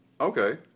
Okay